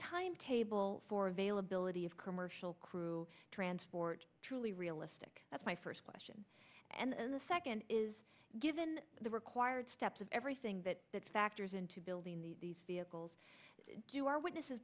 timetable for availability of commercial crew transport truly realistic that's my first question and the second is given the required steps of everything that that factors into building the vehicles do our witnesses